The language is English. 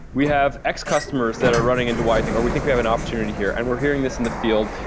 we have x-customers that are running into y thing, or we think we have an opportunity here, and we're hearing this in the field,